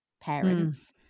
parents